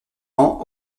ans